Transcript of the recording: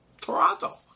Toronto